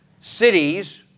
cities